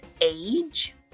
age